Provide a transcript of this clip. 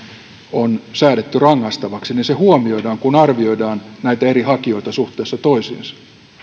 on säädetty rangaistavaksi niin se huomioidaan kun arvioidaan eri hakijoita suhteessa toisiinsa